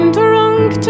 drunk